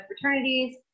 fraternities